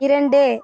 இரண்டு